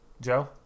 Joe